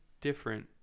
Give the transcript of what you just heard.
different